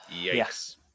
Yes